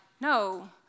no